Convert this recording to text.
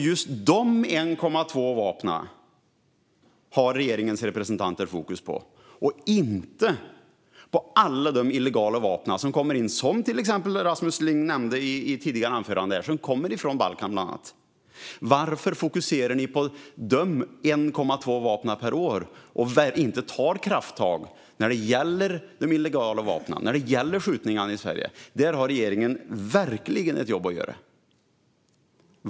Just dessa 1,2 vapen har regeringens representanter fokus på, inte alla de illegala vapen som kommer in exempelvis från Balkan som Rasmus nämnde i sitt anförande tidigare. Varför fokuserar ni på dessa 1,2 vapen per år i stället för att ta krafttag när det gäller de illegala vapnen och skjutningarna i Sverige? Där har regeringen verkligen ett jobb att göra.